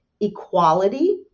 equality